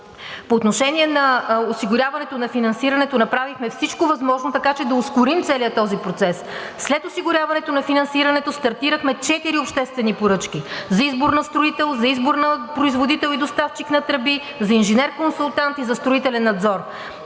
По отношение осигуряването на финансирането направихме всичко възможно, така че да ускорим целия този процес. След осигуряването на финансирането стартирахме четири обществени поръчки: за избор на строител, за избор на производител и доставчик на тръби, за инженер-консултант и за строителен надзор.